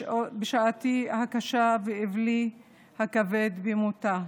בשעתי הקשה ובאבלי הכבד במותה.